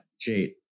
Jade